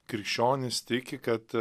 krikščionys tiki kad